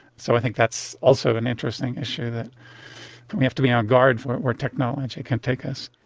so i think that's also an interesting issue that we have to be on guard for where technology can take us.